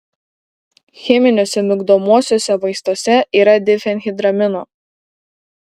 cheminiuose migdomuosiuose vaistuose yra difenhidramino